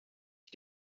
ich